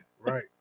Right